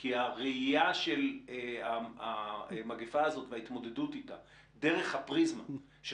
כי הראייה של המגפה הזאת והתמודדות איתה דרך הפריזמה של